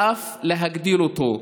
ואף להגדיל אותו.